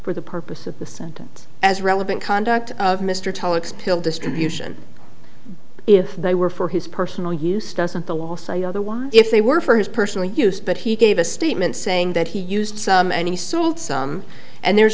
for the purpose of the sentence as relevant conduct of mr tulloch spill distribution if they were for his personal use doesn't the law also otherwise if they were for his personal use but he gave a statement saying that he used and he sold some and there's